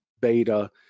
beta